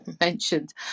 mentioned